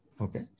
Okay